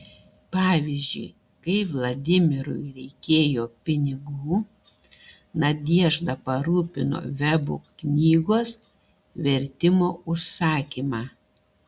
pavyzdžiui kai vladimirui reikėjo pinigų nadežda parūpino vebų knygos vertimo užsakymą